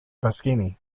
pasquini